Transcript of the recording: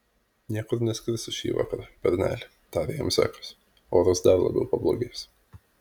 niekur neskrisi šįvakar berneli tarė jam zekas oras dar labiau pablogės